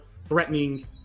threatening